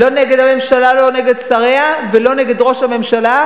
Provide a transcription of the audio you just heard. לא נגד הממשלה, לא נגד שריה ולא נגד ראש הממשלה,